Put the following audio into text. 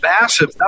massive